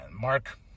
mark